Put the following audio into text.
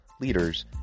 leaders